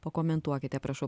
pakomentuokite prašau